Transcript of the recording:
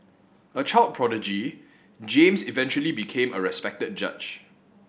a child prodigy James eventually became a respected judge